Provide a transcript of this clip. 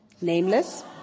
nameless